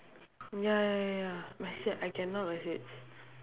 ya ya ya ya message I cannot message